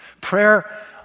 Prayer